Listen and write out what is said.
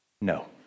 No